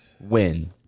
win